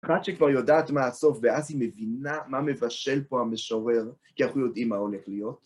אחת שכבר יודעת מה הסוף ואז היא מבינה מה מבשל פה המשורר, כי אנחנו יודעים מה הולך להיות.